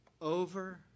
Over